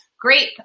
great